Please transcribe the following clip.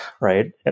right